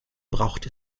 braucht